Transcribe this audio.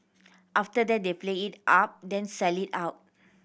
after that they play it up then sell it out